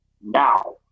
now